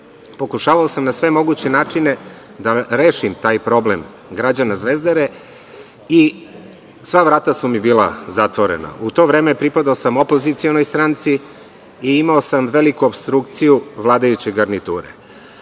Pokušavao sam na sve moguće načine da rešim taj problem građana Zvezdare i sva vrata su mi bila zatvorena. U to vreme pripadao sam opozicionoj stranci i imao sam veliku opstrukciju vladajuće garniture.